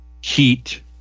heat